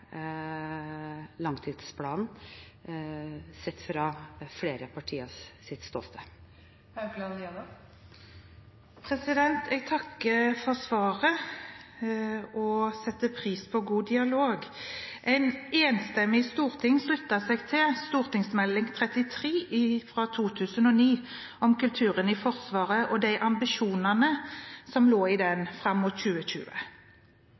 langtidsplanen, sett fra flere partiers ståsted. Jeg takker for svaret og setter pris på god dialog. Et enstemmig storting sluttet seg til St. Meld. 33 for 2008–2009, om kulturen i Forsvaret og ambisjonene som lå i den, fram mot 2020.